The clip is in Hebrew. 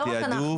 לא רק אנחנו.